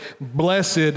Blessed